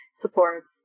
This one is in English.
supports